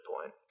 point